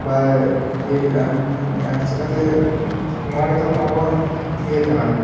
ᱵᱟᱭ ᱤᱭᱟᱹᱭᱮᱫᱼᱟ ᱮᱢᱮᱫᱼᱟ ᱪᱮᱠᱟᱛᱮ ᱱᱚᱣᱟ ᱜᱮᱛᱟᱵᱚᱱ ᱟᱵᱚᱣᱟᱜ ᱤᱭᱟᱹ ᱠᱟᱱᱟ